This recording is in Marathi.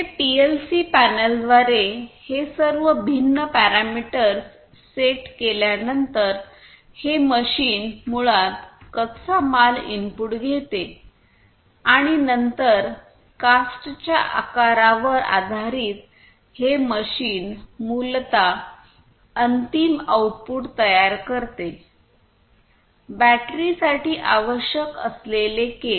हे पीएलसी पॅनेलद्वारे हे सर्व भिन्न पॅरामीटर्स सेट केल्यानंतर हे मशीन मुळात कच्चा माल इनपुट घेते आणि नंतर कास्टच्या आकारावर आधारित हे मशीन मूलतः अंतिम आउटपुट तयार करते बॅटरीसाठी आवश्यक असलेले केस